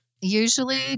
Usually